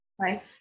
right